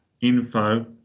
info